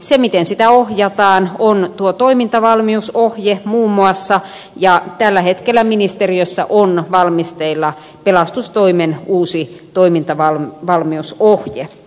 siitä miten sitä ohjataan on tuo toimintavalmiusohje muun muassa ja tällä hetkellä ministeriössä on valmisteilla pelastustoimen uusi toimintavalmiusohje